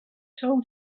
told